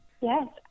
Yes